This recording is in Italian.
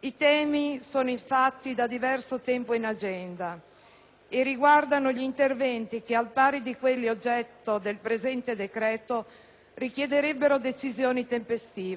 I temi sono, infatti, da diverso tempo in agenda e riguardano interventi che, al pari di quelli oggetto del decreto in discussione, richiederebbero decisioni tempestive.